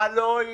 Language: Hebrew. מה לא יהיה,